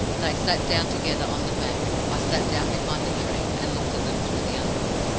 they sat down together on the bank. i sat down behind the tree, and looked at them through the under-wood,